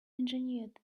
engineered